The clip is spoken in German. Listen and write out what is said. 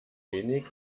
wenig